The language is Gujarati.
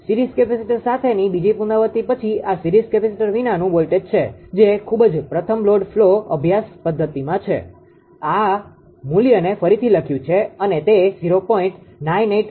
સિરીઝ કેપેસિટર સાથેની બીજી પુનરાવૃત્તિ પછી આ સીરીઝ કેપેસિટર વિનાનું વોલ્ટેજ છે જે ખૂબ જ પ્રથમ લોડ ફ્લો અભ્યાસ પદ્ધતિમાં છે અને આ મૂલ્યને ફરીથી લખ્યું છે અને તે 0